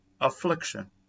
affliction